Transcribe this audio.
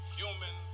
human